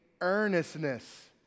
earnestness